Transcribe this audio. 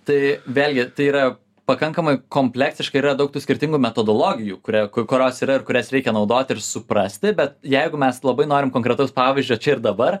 tai vėlgi tai yra pakankamai kompleksiška yra daug tų skirtingų metodologijų kuria kuros yra ir kurias reikia naudoti ir suprasti bet jeigu mes labai norim konkretaus pavyzdžio čia ir dabar